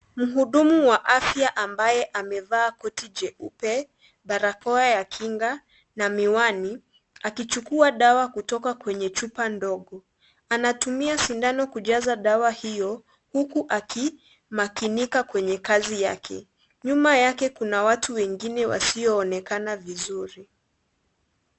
Mhudumu wa afya ambaye amevaa koti jeupe, barakoa ya kinga na miwani akichukua dawa kutoka kwenye chupa ndogo. Anatumia sindano kujaza dawa hio huku akimakini kwenye kazi yake. Nyuma yake kuna watu wengine wasioonekana vizuri.